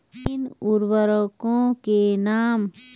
तीन उर्वरकों के नाम?